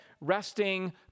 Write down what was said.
resting